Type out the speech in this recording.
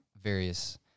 various